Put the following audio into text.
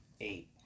eight